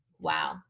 Wow